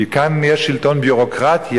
כי כאן יש שלטון ביורוקרטיה,